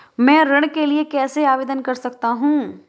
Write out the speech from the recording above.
मैं ऋण के लिए कैसे आवेदन कर सकता हूं?